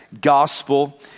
gospel